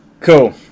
cool